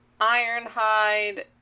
Ironhide